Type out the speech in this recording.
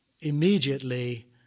immediately